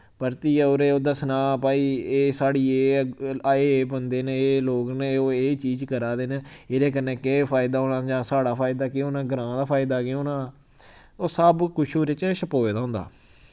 परतियै उ'नें ओह् दस्सना भाई एह् साढ़ी एह् आए एह् पौंदे न एह् लोक न एह् ओह् एह् ही चीज करा दे न एह्दे कन्नै केह् फायदा होना जां साढ़ा फायदा केह् होना ग्रांऽ दा फायदा केह् होना ओह् सब कुछ ओह्दे च छपोए दा होंदा